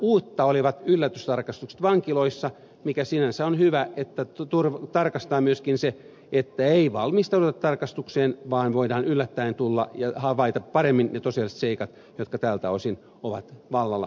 uutta olivat yllätystarkastukset vankiloissa mikä sinänsä on hyvä että tarkastetaan myöskin niin että ei valmistauduta tarkastukseen vaan voidaan yllättäen tulla ja havaita paremmin ne tosiasialliset seikat jotka tältä osin ovat vallalla vankiloissa